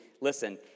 Listen